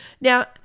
Now